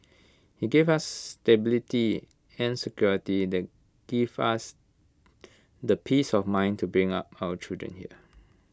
he gave us stability and security that give us the peace of mind to bring up our children here